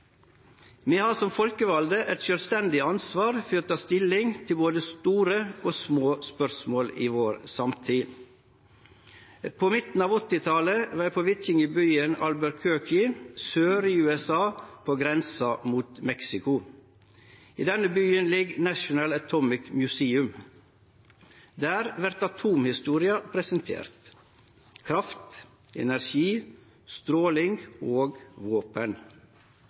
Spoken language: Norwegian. har som folkevalde eit sjølvstendig ansvar for å ta stilling til både store og små spørsmål i samtida vår. På midten av 1980-talet var eg på vitjing i byen Albuquerque sør i USA, på grensa mot Mexico. I denne byen ligg National Atomic Museum. Der vert atomhistoria presentert: kraft, energi, stråling og våpen.